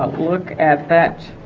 look at that